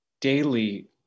daily